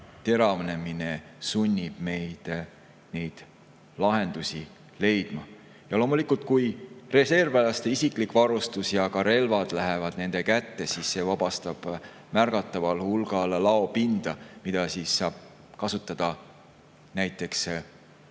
teravnemine sunnib meid lahendusi leidma. Ja loomulikult, kui reservväelaste isiklik varustus ja ka relvad lähevad nende kätte, siis vabaneb märgataval hulgal laopinda, mida saab kasutada näiteks